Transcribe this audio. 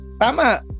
Tama